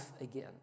again